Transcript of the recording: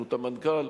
בראשות המנכ"ל,